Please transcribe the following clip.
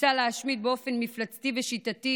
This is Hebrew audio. ניסה להשמיד באופן מפלצתי ושיטתי